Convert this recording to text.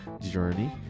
journey